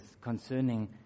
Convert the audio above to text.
concerning